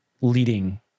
leading